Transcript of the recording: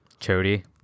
Chody